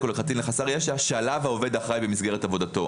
לקטין או חסר ישע שעליו העובד אחראי במסגרת עבודתו",